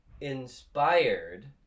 inspired